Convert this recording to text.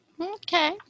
Okay